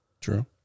True